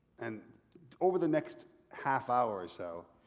and over the next half hour or so,